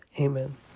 Amen